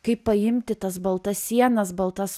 kaip paimti tas baltas sienas baltas